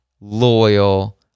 loyal